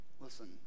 Listen